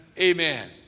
Amen